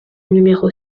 numéro